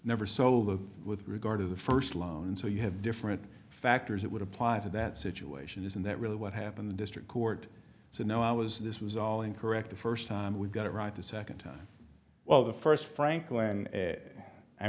never sold of with regard to the first loan so you have different factors that would apply to that situation isn't that really what happened the district court said no i was this was all incorrect the first time we got it right the second time well the first franklin i